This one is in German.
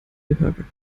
gehörgang